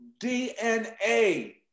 DNA